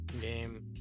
game